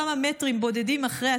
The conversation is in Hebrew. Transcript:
כמה מטרים בודדים אחרי עטרת,